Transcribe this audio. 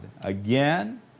Again